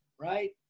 Right